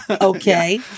okay